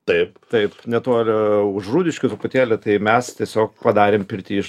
taip taip netoli už rūdiškių truputėlį tai mes tiesiog padarėm pirtį iš